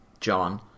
John